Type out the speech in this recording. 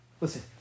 Listen